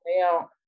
now